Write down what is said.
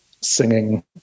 singing